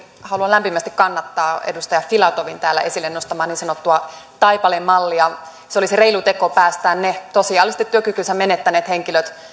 haluan lämpimästi kannattaa edustaja filatovin täällä esille nostamaa niin sanottua taipale mallia se olisi reilu teko päästää ne tosiasiallisesti työkykynsä menettäneet henkilöt